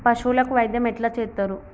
పశువులకు వైద్యం ఎట్లా చేత్తరు?